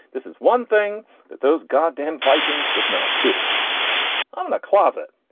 this is one thing that those god damn vikings did not to um the closet.